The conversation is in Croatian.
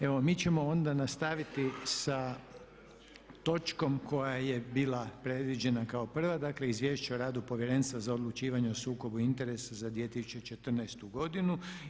Evo mi ćemo onda nastaviti sa točkom koja je bila predviđena kao prva, dakle Izvješće o radu Povjerenstva za odlučivanje o sukobu interesa za 2014. godinu.